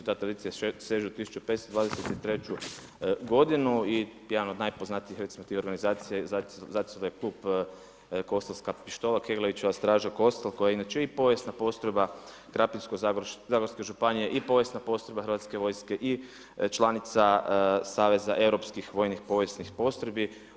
Ta tradicija seže od 1523. godine i jedan od najpoznatijih recimo tih organizacija … je klub Kostelska pištola, Keglevićeva straža Kostel koja je inače i povijesna postrojba Krapinsko-zagorske županije i povijesna postrojba Hrvatske vojske i članica Saveza europskih vojnih povijesnih postrojbi.